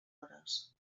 hores